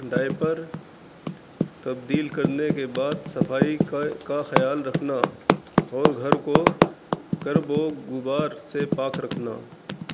diaper تبدیل کرنے کے بعد صفائی کا کا خیال رکھنا اور گھر کو گرب و گبار سے پاک رکھنا